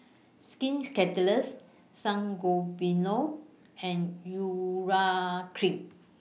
Skin Ceuticals Sangobion and Urea Cream